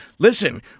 Listen